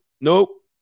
Nope